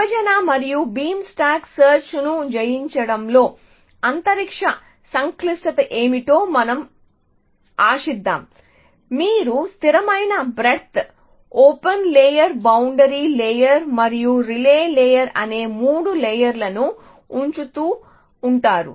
విభజన మరియు beam stack search ను జయించడంలో అంతరిక్ష సంక్లిష్టత ఏమిటో మనం ఆశిద్దాం మీరు స్థిరమైన breadth open layer boundary layer మరియు రిలే లేయర్ అనే మూడు లేయర్ లను ఉంచుతూ ఉంటారు